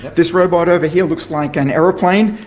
this robot over here looks like an aeroplane,